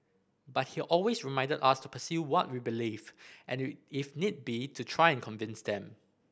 but he always reminded us to pursue what we believed and if need be to try and convince him